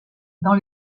dans